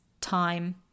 time